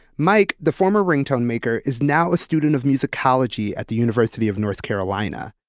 mike, the former ringtone maker, is now a student of musicology at the university of north carolina,